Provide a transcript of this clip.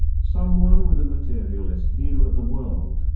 someone with a materialist view of the world,